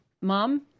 Mom